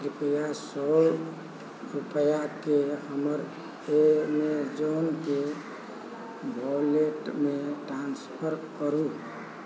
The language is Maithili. कृप्या सए रूपैआके हमर एमेज़ौन पे वॉलेटमे ट्रांसफर करू